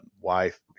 wife